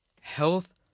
health